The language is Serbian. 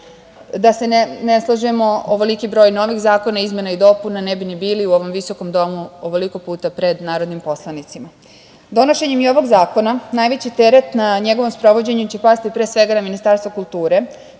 Da se ne slažemo, ovoliki broj novih zakona, izmena i dopuna, ne bi ni bili u ovom visokom domu ovoliko puta pred narodnim poslanicima. Donošenjem i ovog zakona, najveći teret nad njegovim sprovođenjem će pasti, pre svega, na Ministarstvo kulture